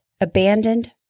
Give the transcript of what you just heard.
abandoned